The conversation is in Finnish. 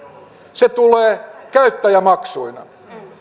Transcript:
se tulee käyttäjämaksuina